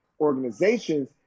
organizations